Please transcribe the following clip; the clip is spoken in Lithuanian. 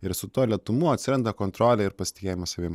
ir su tuo lėtumu atsiranda kontrolė ir pasitikėjimas savim